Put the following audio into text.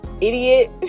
idiot